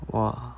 !wah!